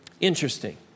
Interesting